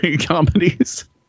comedies